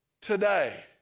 Today